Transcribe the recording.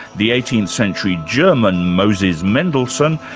the eighteenth century german moses mendelssohn,